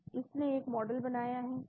इसने एक मॉडल बनाया है